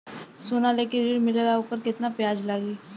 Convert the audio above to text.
सोना लेके ऋण मिलेला वोकर केतना ब्याज लागी?